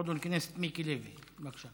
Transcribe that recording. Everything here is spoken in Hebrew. עווד אל-כנסת מיקי לוי, בבקשה.